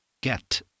get